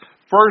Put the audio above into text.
First